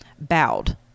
bowed